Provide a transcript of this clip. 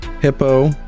hippo